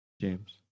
james